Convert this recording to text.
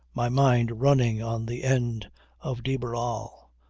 my mind running on the end of de barral,